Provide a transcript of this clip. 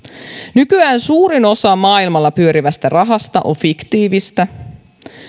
nykyään suurin osa maailmalla pyörivästä rahasta on fiktiivistä